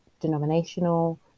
denominational